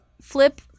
flip